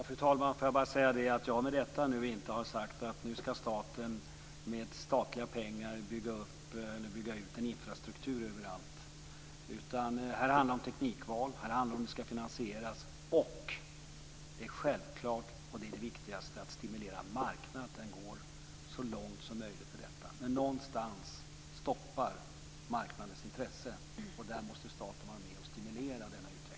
Fru talman! Får jag bara säga att jag med detta inte har sagt att staten nu med statliga pengar skall bygga upp en infrastruktur överallt. Här handlar det om teknikval. Det handlar om hur det skall finansieras. Och det viktigaste är självklart att stimulera marknaden så att den går så långt som möjligt i detta. Men någonstans stoppar marknadens intresse. Där måste staten vara med och stimulera utvecklingen.